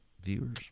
viewers